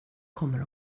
kommer